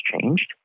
changed